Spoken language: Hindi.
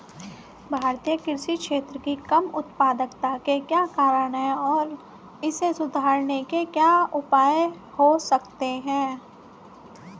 भारतीय कृषि क्षेत्र की कम उत्पादकता के क्या कारण हैं और इसे सुधारने के उपाय क्या हो सकते हैं?